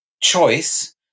choice